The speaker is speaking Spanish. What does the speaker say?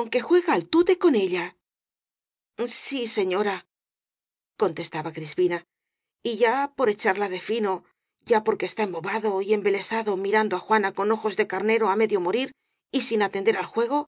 onque juega al tute con ella s í señora contestaba c rispina y ya por echarla de fino ya porque está embobado y embe lesado mirando á juana con ojos de carnero á me dio morir y sin atender al juego